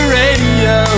radio